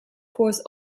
course